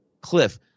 Cliff